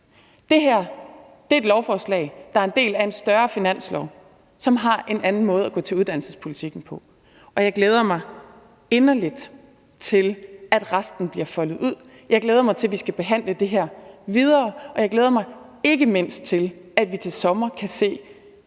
Det her er et lovforslag, der er en del af en større finanslov, som har en anden måde at gå til uddannelsespolitikken på, og jeg glæder mig inderligt til, at resten bliver foldet ud. Jeg glæder mig til, at vi skal behandle det her videre, og jeg glæder mig ikke mindst til, at vi til sommer kan se